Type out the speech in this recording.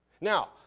Now